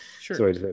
Sure